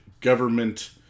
government